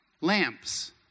lamps